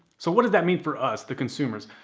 so what does that mean for us, the consumers?